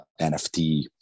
NFT